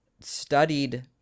studied